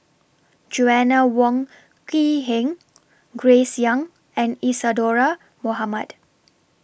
Joanna Wong Quee Heng Grace Young and Isadhora Mohamed